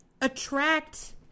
attract